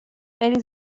خیلی